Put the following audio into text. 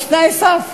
יש תנאי סף,